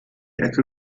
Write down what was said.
ecke